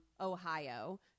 Ohio